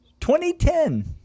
2010